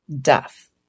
death